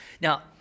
Now